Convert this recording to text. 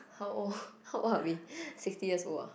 how old how old are we sixty years old ah